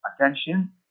attention